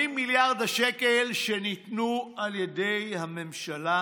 80 מיליארד השקלים שניתנו על ידי הממשלה